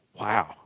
Wow